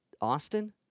Austin